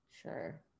Sure